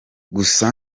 gusa